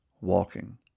walking